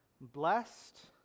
blessed